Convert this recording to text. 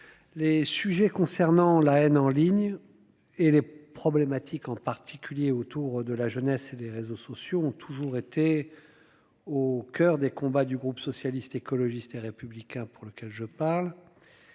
Les sujets concernant la haine en ligne et les problématiques en particulier autour de la jeunesse et des réseaux sociaux ont toujours été. Au coeur des combats, du groupe socialiste, écologiste et républicain pour lequel je parle.